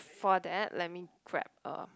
for that let me grab a